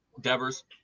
Devers